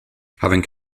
having